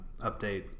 update